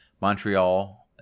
Montreal